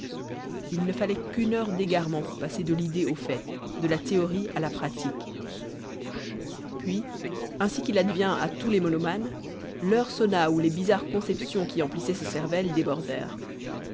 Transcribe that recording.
il ne fallait qu'une heure d'égarement pour passer de l'idée au fait de la théorie à la pratique puis ainsi qu'il advient à tous les monomanes l'heure sonna où les bizarres conceptions qui emplissaient sa cervelle